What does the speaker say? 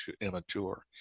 immature